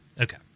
Okay